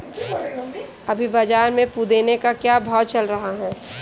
अभी बाज़ार में पुदीने का क्या भाव चल रहा है